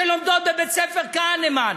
שלומדות בבית-ספר "כהנמן",